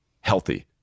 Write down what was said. healthy